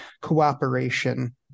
cooperation